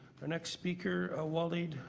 next speaker ah waleed.